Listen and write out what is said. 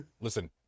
Listen